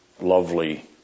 lovely